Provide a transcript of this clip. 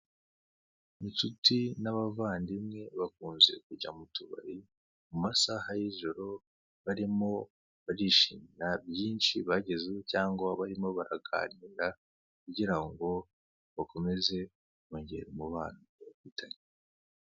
Inshuti n'abavandimwe bakunze kujya mu tubari mu masaha y'ijoro barimo barishimira byinshi bagezeho, cyangwa barimo baraganira kugira ngo bakomeze bongere umubano.